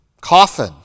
coffin